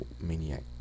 maniac